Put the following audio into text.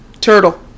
turtle